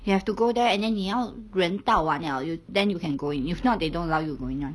you have to go there and then 你要人到完了 you then you can go in if not they don't allow you to go in [one]